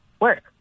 work